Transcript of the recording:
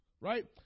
right